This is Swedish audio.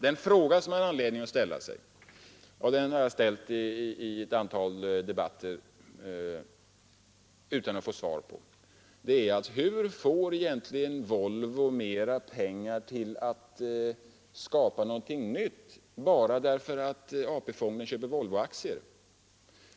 Den fråga som man har anledning att ställa — och den har jag ställt i ett antal debatter utan att få något svar — är: Hur får egentligen exempelvis Volvo mera pengar till att skapa någonting nytt bara därför att AP-fonden köper Volvoaktier?